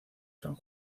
san